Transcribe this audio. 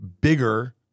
bigger